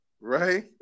Right